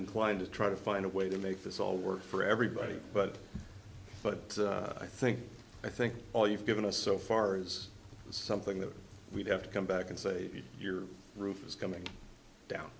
inclined to try to find a way to make this all work for everybody but but i think i think all you've given us so far is something that we have to come back and say your roof is coming